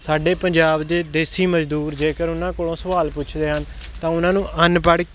ਸਾਡੇ ਪੰਜਾਬ ਦੇ ਦੇਸੀ ਮਜ਼ਦੂਰ ਜੇਕਰ ਉਹਨਾਂ ਕੋਲੋਂ ਸਵਾਲ ਪੁੱਛਦੇ ਹਨ ਤਾਂ ਉਹਨਾਂ ਨੂੰ ਅਨਪੜ੍ਹ